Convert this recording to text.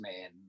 man